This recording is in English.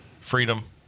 Freedom